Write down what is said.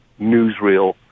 newsreel